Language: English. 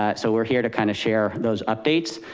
ah so we're here to kind of share those updates.